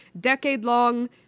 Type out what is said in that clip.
decade-long